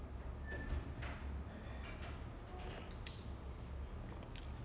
oh err you know the movie that keerthy suresh acted in um